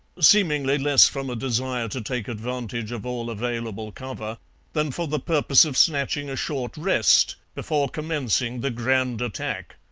seemingly less from a desire to take advantage of all available cover than for the purpose of snatching a short rest before commencing the grand attack.